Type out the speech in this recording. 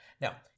Now